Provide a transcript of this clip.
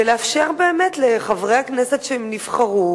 ולאפשר באמת לחברי כנסת שנבחרו